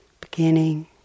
beginning